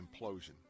implosion